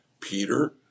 Peter